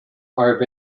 are